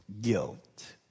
guilt